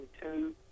two